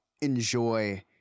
enjoy